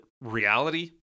reality